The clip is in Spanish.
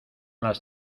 las